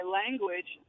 language